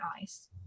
eyes